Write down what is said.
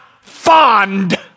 fond